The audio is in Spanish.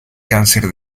cáncer